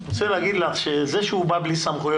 אני רוצה להגיד לך שזה שהוא בא בלי סמכויות,